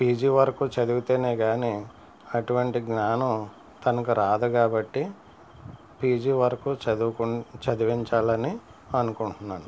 PG వరకు చదివితేనే కానీ అటువంటి జ్ఞానం తనకు రాదు కాబట్టి పీజీ వరకు చదువుకును చదివించాలని అనుకుంటున్నాను